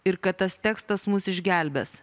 ir kad tas tekstas mus išgelbės